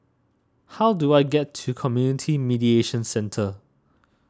how do I get to Community Mediation Centre